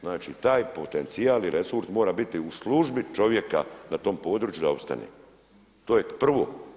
Znači taj potencijal i resurs mora biti u službi čovjeka na tom području da opstane, to je prvo.